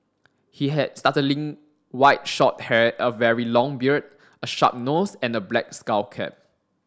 he had white short hair a very long beard a sharp nose and a black skull cap